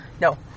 No